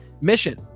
mission